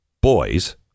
Boys